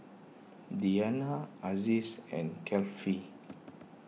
Diyana Aziz and Kefli